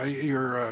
ah your,